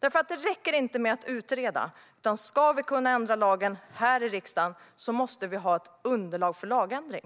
tas fram? Det räcker nämligen inte bara att utreda, utan om vi ska kunna ändra lagen här i riksdagen måste vi ha ett underlag för lagändring.